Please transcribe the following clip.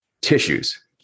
tissues